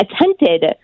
attempted